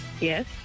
Yes